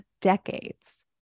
decades